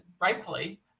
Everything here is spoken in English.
rightfully